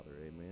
amen